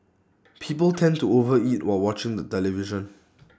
people tend to overeat while watching the television